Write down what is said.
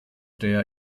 der